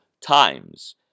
times